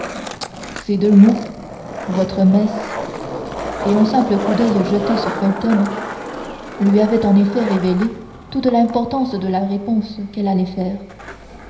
ces deux mots votre messe et un simple coup d'oeil jeté sur felton lui avaient en effet révélé toute l'importance de la réponse qu'elle allait faire